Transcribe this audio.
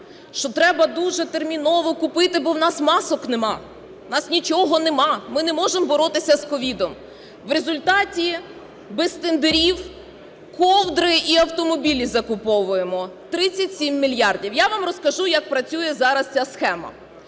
що треба дуже терміново купити, бо в нас масок нема, у нас нічого нема, ми не можемо боротися з СOVID. В результаті без тендерів ковдри і автомобілі закуповуємо. 37 мільярдів. Я вам розкажу, як працює зараз ця схема.